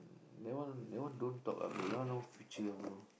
that one that one don't talk ah bro that one no future ah bro